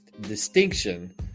distinction